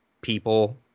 people